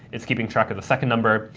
it's keeping track of the second number.